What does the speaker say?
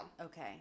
Okay